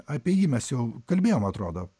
apie jį mes jau kalbėjom atrodo